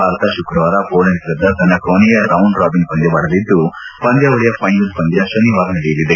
ಭಾರತ ಶುಕ್ರವಾರ ಪೊಲಾಂಡ್ ವಿರುದ್ದ ತನ್ನ ಕೊನೆಯ ರೌಂಡ್ ರಾಜಿನ್ ಪಂದ್ಯವಾಡಲಿದ್ದು ಪಂದ್ವಾವಳಿಯ ಫ್ಲೆನಲ್ ಪಂದ್ಲ ಶನಿವಾರ ನಡೆಯಲಿದೆ